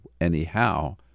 anyhow